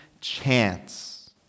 chance